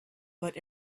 but